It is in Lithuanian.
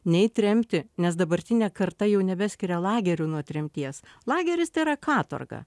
ne į tremtį nes dabartinė karta jau nebeskiria lagerių nuo tremties lageris tai yra katorga